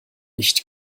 nicht